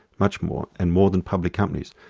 much more, and more than public companies.